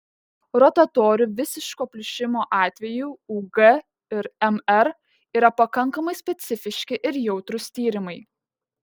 rotatorių visiško plyšimo atveju ug ir mr yra pakankamai specifiški ir jautrūs tyrimai